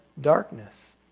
darkness